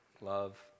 Love